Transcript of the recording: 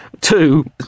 Two